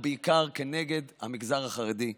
ובעיקר נגד המגזר החרדי.